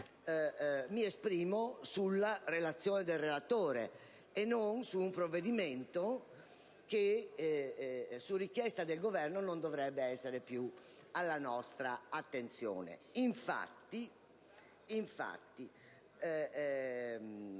mi esprimo sulla relazione del relatore e non su un provvedimento che, su richiesta del Governo, non dovrebbe essere più alla nostra attenzione. Infatti,